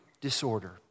disorder